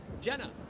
Jenna